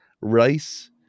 rice